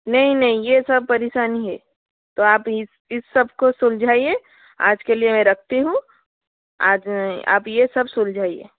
नहीं नहीं ये सब परेशानी है तो आप इस इस सब को सुलझाइए आज के लिए मैं रखती हूँ आज आप ये सब सुलझाइए